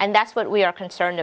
and that's what we are concerned